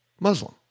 Muslim